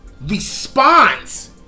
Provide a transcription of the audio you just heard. response